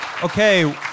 Okay